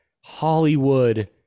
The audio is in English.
Hollywood